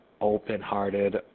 open-hearted